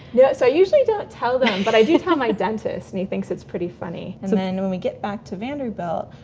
yeah i usually don't tell them, but i do tell my dentist and he thinks it's pretty funny. and then when we get back to vanderbilt,